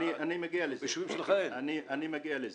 אני מגיע לזה.